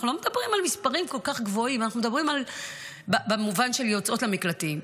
אנחנו לא מדברים על מספרים כל כך גבוהים במובן של יוצאות למקלטים,